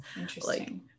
Interesting